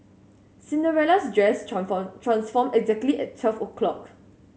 Cinderella's dress transformed exactly at twelve O clock